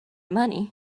money